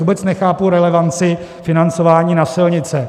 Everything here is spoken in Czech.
Vůbec nechápu relevanci financování na silnice.